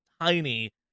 tiny